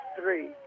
three